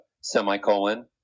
semicolon